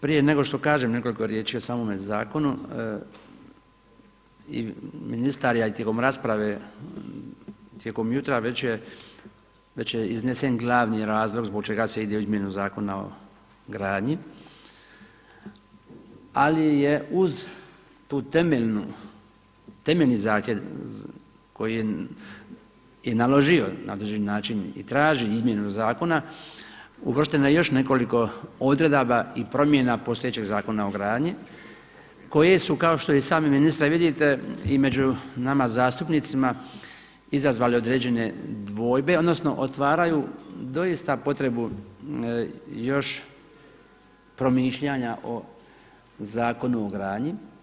Prije nego što kažem nekoliko riječi o samome zakonu i ministar je, a i tijekom rasprave tijekom jutra već je iznesen glavni razlog zbog čega se ide u izmjenu Zakona o gradnji, ali je uz tu temeljni zahtjev koji je naložio na određeni način i traži izmjenu zakona uvršteno još nekoliko odredaba i promjena postojećeg Zakona o gradnji koje su kao što i sami ministre vidite i među nama zastupnicima izazvalo određene dvojbe odnosno otvaraju doista potrebu još promišljanja o Zakonu o gradnji.